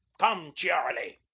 come, chearlie!